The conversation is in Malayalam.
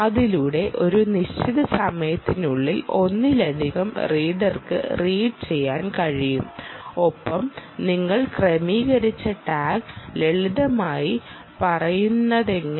അതിലൂടെ ഒരു നിശ്ചിത സമയത്തിനുള്ളിൽ ഒന്നിലധികം റീഡർക്ക് റീഡ് ചെയ്യാൻ കഴിയും ഒപ്പം നിങ്ങൾ ക്രമീകരിച്ച ടാഗ് ലളിതമായി പറയുന്നതെങ്ങനെ